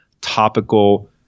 topical